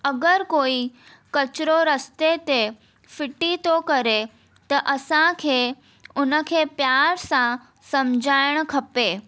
अगरि कोई कचिरो रस्ते ते फ़िटी थो करे त असांखे उनखे प्यारु सां सम्झाइणु खपे